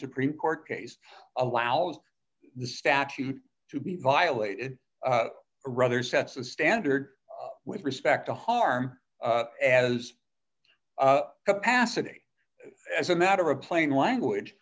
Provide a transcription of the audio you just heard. supreme court case allows the statute to be violated rather sets a standard with respect to harm as capacity as a matter of plain language